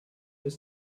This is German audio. ist